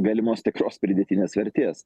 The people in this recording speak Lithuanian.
galimos tikros pridėtinės vertės